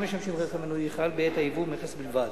משמשים רכב מנועי חל בעת הייבוא מכס בלבד.